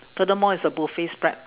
furthermore it's a buffet spread